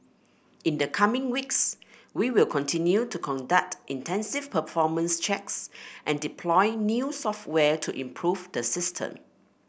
in the coming weeks we will continue to conduct intensive performance checks and deploy new software to improve the system